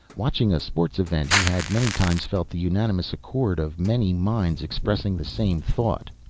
watching a sports event he had many times felt the unanimous accord of many minds expressing the same thought.